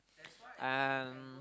um